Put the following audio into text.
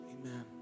amen